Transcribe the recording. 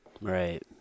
Right